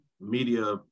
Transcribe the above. media